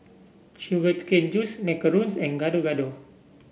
Sugar Cane Juice Macarons and Gado Gado